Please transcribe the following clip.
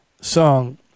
song